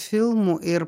filmų ir